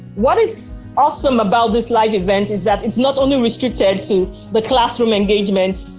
what is awesome about this live event is that it's not only restricted to the classroom engagements,